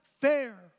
fair